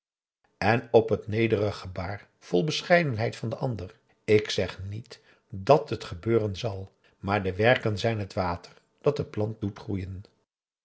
en op het nederig gebaar vol bescheidenheid van den ander ik zeg niet dat het gebeuren zal maar de werken zijn het water dat de plant